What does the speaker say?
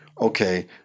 okay